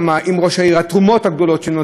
עם התרומות הגדולות שנותנים לעירייה,